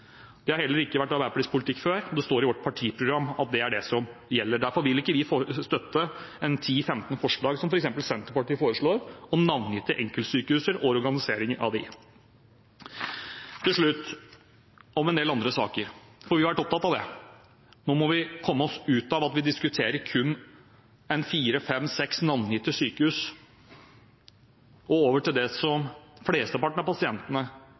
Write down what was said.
Det har heller ikke vært Arbeiderpartiets politikk før. Det står i vårt partiprogram hva det er som gjelder. Derfor vil ikke vi støtte 10–15 forslag som f.eks. Senterpartiet har om navngitte enkeltsykehus og organiseringen av dem. Til slutt til en del andre saker. Vi har vært opptatt av at nå må vi komme oss ut av å diskutere kun fire-fem-seks navngitte sykehus og over til det som flesteparten av pasientene